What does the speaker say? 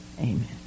Amen